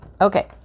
Okay